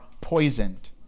poisoned